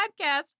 podcast